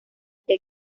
que